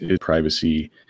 privacy